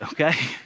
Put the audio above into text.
okay